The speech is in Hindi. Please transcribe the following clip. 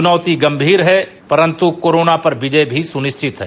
चुनौती गम्भीर है परन्तु कोरोना पर विजय भी सुनिश्चित है